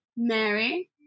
Mary